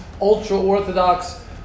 ultra-Orthodox